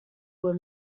were